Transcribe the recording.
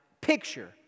picture